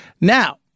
Now